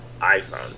iPhone